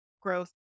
growth